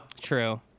True